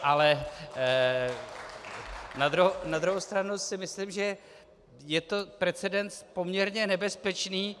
Ale na druhou stranu si myslím, že je to precedent poměrně nebezpečný.